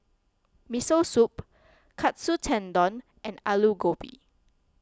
Miso Soup Katsu Tendon and Alu Gobi